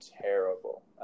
terrible